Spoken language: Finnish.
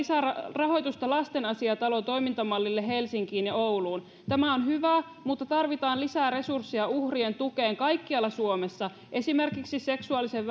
rahoitusta lastenasiaintalon toimintamallille helsinkiin ja ouluun tämä on hyvä mutta tarvitaan lisää resursseja uhrien tukeen kaikkialla suomessa esimerkiksi seksuaalisen